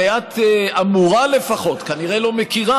הרי את אמורה לפחות להכיר, את כנראה לא מכירה,